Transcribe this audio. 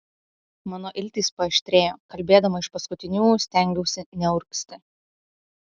mano iltys paaštrėjo kalbėdama iš paskutiniųjų stengiausi neurgzti